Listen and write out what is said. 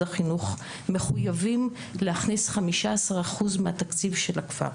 החינוך מחויבים להכניס 15% מהתקציב של הכפר,